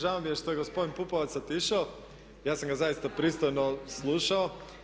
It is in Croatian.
Žao mi je što je gospodin Pupovac otišao, ja sam ga zaista pristojno slušao.